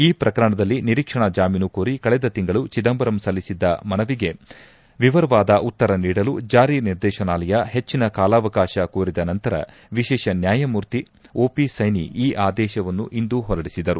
ಈ ಪ್ರಕರಣದಲ್ಲಿ ನಿರೀಕ್ಷಣಾ ಜಾಮೀನು ಕೋರಿ ಕಳೆದ ತಿಂಗಳು ಚಿದಂಬರಂ ಸಲ್ಲಿಸಿದ್ದ ಮನವಿಗೆ ವಿವರವಾದ ಉತ್ತರ ನೀಡಲು ಜಾರಿ ನಿರ್ದೇಶನಾಲಯ ಹೆಚ್ಚಿನ ಕಾಲಾವಕಾಶ ಕೋರಿದ ನಂತರ ವಿಶೇಷ ನ್ಯಾಯಮೂರ್ತಿ ಓಪಿಸೈನಿ ಈ ಆದೇಶವನ್ನು ಇಂದು ಹೊರಡಿಸಿದರು